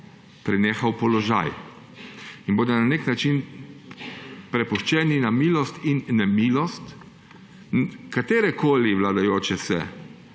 prenehal položaj. Na nek način bodo prepuščeni na milost in nemilost katerekoli vladajoče se